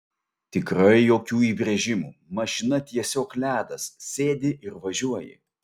tikrai jokių įbrėžimų mašina tiesiog ledas sėdi ir važiuoji